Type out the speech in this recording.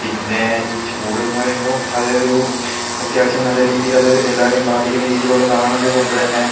പിന്നെ ഈ ചൂട് എന്ന് പറയുമ്പം അത് ഒരു അത്യാവശ്യം രീതിയിൽ അത് എല്ലാവരെയും ബാധിക്കുന്ന രീതിയിലുള്ളതാണത് കൊണ്ട് തന്നെ